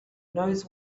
knows